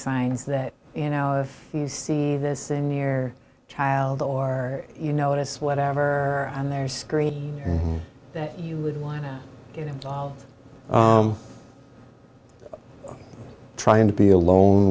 signs that you know if you see this in near child or you notice whatever on their screen that you would want to get involved in trying to be alone